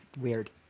weird